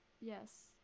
Yes